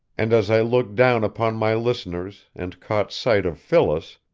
and as i looked down upon my listeners and caught sight of phyllis,